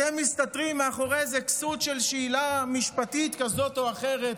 אתם מסתתרים מאחורי איזו כסות של שאלה משפטית כזאת או אחרת.